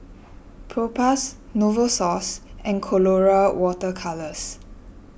Propass Novosource and Colora Water Colours